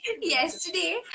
yesterday